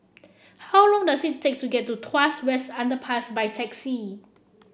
how long does it take to get to Tuas West Underpass by taxi